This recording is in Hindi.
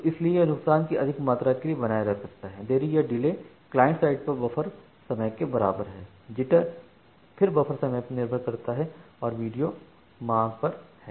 तो इसीलिए यह नुकसान की अधिक मात्रा के लिए बनाए रख सकता है देरी या डिले क्लाइंट साइड पर बफर समय के बराबर है जिटर फिर बफर समय पर निर्भर करता है और वीडियो मांग पर है